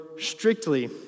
strictly